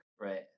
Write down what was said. Right